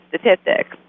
statistics